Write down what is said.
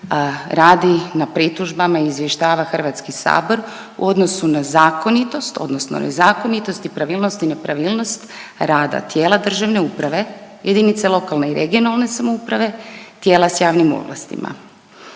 radi na pritužbama i izvještava Hrvatski sabor u odnosu na zakonitost odnosno nezakonitost i pravilnost i nepravilnost rada tijela državne uprave, jedinice lokalne i regionalne samouprave, tijela sa javnim ovlastima.